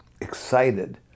excited